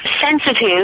sensitive